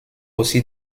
aussi